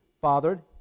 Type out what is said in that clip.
fathered